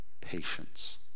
patience